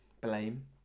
blame